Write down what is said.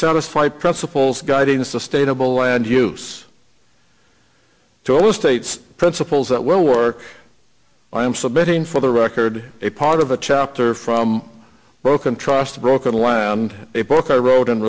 satisfy principles guiding sustainable land use to all states principles that will work i am submitting for the record a part of a chapter from broken trust broken land a book i wrote in